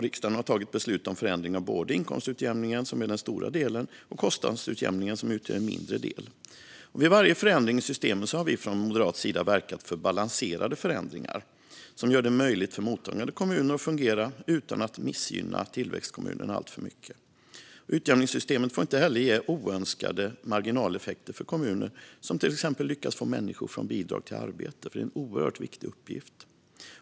Riksdagen har tagit beslut om förändring av både inkomstutjämningen, som är den stora delen, och kostnadsutjämningen, som utgör en mindre del. Vid varje förändring i systemet har vi från moderat sida verkat för balanserade förändringar, som gör det möjligt för mottagande kommuner att fungera utan att missgynna tillväxtkommunerna alltför mycket. Utjämningssystemet får inte heller ge oönskade marginaleffekter för kommuner som till exempel lyckas få människor att gå från bidrag till arbete, vilket är en oerhört viktig uppgift.